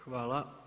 Hvala.